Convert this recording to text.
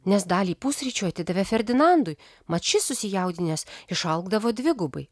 nes dalį pusryčių atidavė ferdinandui mat šis susijaudinęs išaugdavo dvigubai